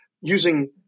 using –